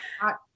hot